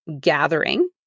gathering